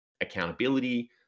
accountability